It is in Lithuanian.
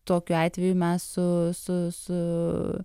tokiu atveju mes su su su